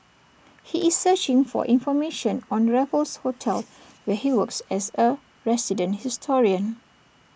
he is searching for information on Raffles hotel where he works as A resident historian